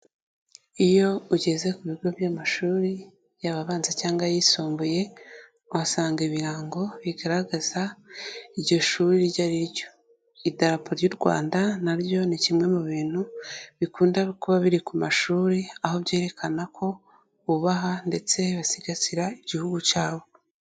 Iyo ugeze ku bigo by'amashuri yaba abanza cyangwa ayisumbuye, uhasanga ibirango bigaragaza iryo shuri iryo ari ryo, idarapo ry'u Rwanda na ryo ni kimwe mu bintu bikunda kuba biri ku mashuri, aho byerekana ko bubaha ndetse basigasira igihugu cyabo.